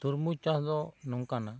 ᱛᱩᱨᱢᱩᱡᱽ ᱪᱟᱥ ᱫᱚ ᱱᱚᱝᱠᱟᱱᱟ